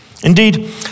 Indeed